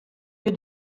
lieu